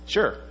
Sure